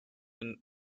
been